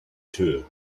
two